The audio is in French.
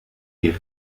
ait